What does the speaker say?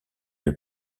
une